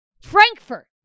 Frankfurt